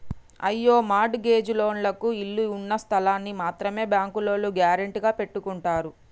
అయ్యో mortgage లోన్లకు ఇళ్ళు ఉన్నస్థలాల్ని మాత్రమే బ్యాంకోల్లు గ్యారెంటీగా పెట్టుకుంటారు